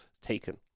taken